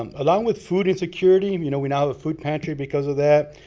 um along with food insecurity. you know we now have a food pantry because of that.